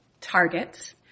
targets